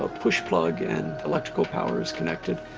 ah push plug and electrical power is connected.